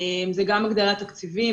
זה גם הגדלת תקציבים,